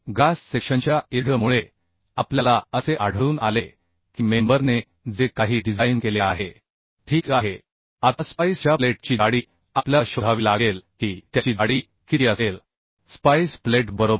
gross सेक्शनच्या yield मुळे आपल्याला असे आढळून आले की मेंबर ने जे काही डिझाइन केले आहे आता स्पाईस च्या प्लेट ची जाडी आपल्याला शोधावी लागेल की त्याची जाडी किती असेल स्पाईस प्लेट बरोबर